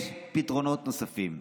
יש פתרונות נוספים.